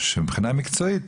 שמבחינה מקצועית,